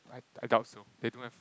I I doubt so they don't have